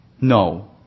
no